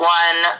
one